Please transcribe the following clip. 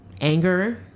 anger